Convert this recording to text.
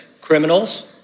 Criminals